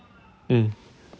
mm